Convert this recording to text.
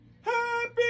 happy